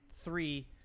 three